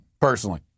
personally